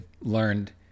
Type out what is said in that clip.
learned